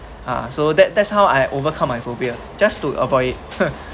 ah so that that's how I overcome my phobia just to avoid it